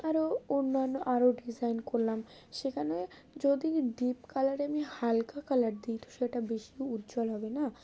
আরও অন্যান্য আরও ডিজাইন করলাম সেখানে যদি ডিপ কালারে আমি হালকা কালার দিই তো সেটা বেশি উজ্জ্বল হবে না